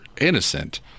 innocent